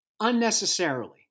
unnecessarily